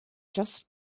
just